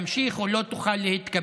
אתה לא תוכל להמשיך או לא תוכל להתקבל.